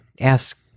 ask